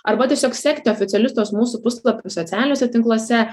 arba tiesiog sekti oficialius tuos mūsų puslapius socialiniuose tinkluose